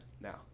now